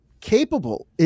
capable